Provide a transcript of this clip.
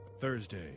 Thursday